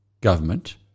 government